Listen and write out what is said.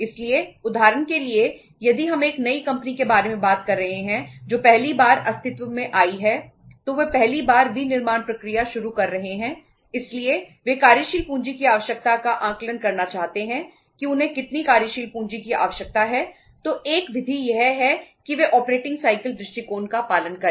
इसलिए उदाहरण के लिए यदि हम एक नई कंपनी के बारे में बात कर रहे हैं जो पहली बार अस्तित्व में आ रही है तो वे पहली बार विनिर्माण प्रक्रिया शुरू कर रहे हैं इसलिए वे कार्यशील पूंजी की आवश्यकता का आकलन करना चाहते हैं कि उन्हें कितनी कार्यशील पूंजी की आवश्यकता है तो एक विधि यह है कि वे ऑपरेटिंग साइकिल दृष्टिकोण का पालन करें